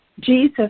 Jesus